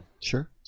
Sure